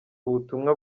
ubutumwa